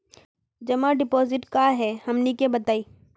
जमा डिपोजिट का हे हमनी के बताई?